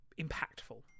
impactful